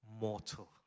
mortal